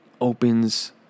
opens